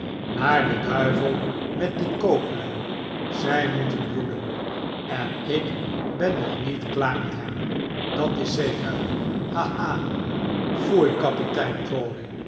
naar den duivel met die kooplui zij moeten bloeden en ik ben nog niet klaar met hem dat is zeker ha ha foei kapitein